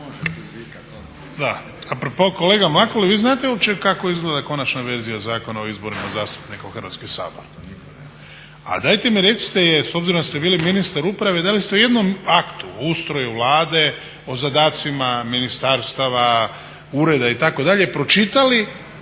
A pro po kolega Mlakar jer vi znate opće kako izgleda konačna verzija Zakona o izborima zastupnika u Hrvatski sabor? A dajte mi recite s obzirom da ste bili ministar uprave da li ste u jednom aktu, ustroju Vlade, o zadacima ministarstava, ureda itd. pročitali